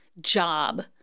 job